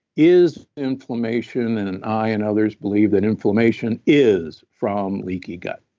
is inflammation. and and i, and others, believe that inflammation is from leaky gut,